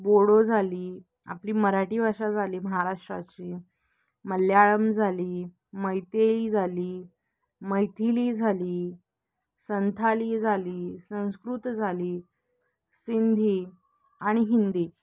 बोडो झाली आपली मराठी भाषा झाली महाराष्ट्राची मल्याळम झाली मैतेई झाली मैथिली झाली संथाली झाली संस्कृत झाली सिंधी आणि हिंदी